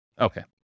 Okay